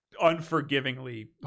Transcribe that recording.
unforgivingly